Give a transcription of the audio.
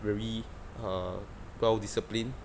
very uh well disciplined